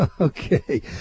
Okay